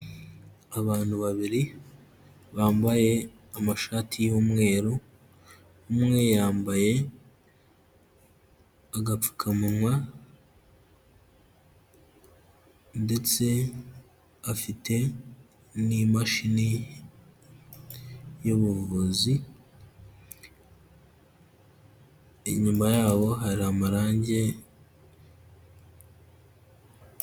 Abantu babiri, bambaye amashati y'umweru, umwe yambaye agapfukamunwa, ndetse afite n'imashini y'ubuvuzi, inyuma yabo hari amarangi.